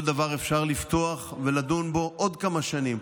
כל דבר אפשר לפתוח ולדון בו עוד כמה שנים,